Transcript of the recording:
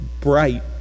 bright